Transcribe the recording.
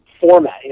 format